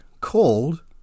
called